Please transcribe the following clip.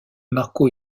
marco